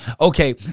Okay